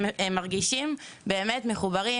הם מרגישים באמת מחוברים.